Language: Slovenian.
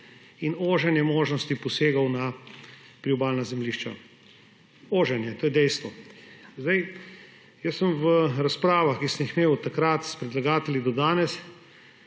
in oženje možnosti posegov na priobalna zemljišča. Oženje, to je dejstvo. Zdaj, jaz sem v razpravah, ki sem jih imel s predlagatelji od